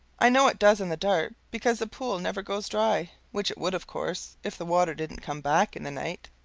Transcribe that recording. i know it does in the dark, because the pool never goes dry, which it would, of course, if the water didn't come back in the night.